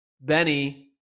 Benny